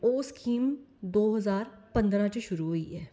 ओह् स्कीम दौ हजार पंदरा च शुरू होई ऐ